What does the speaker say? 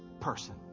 person